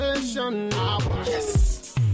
Yes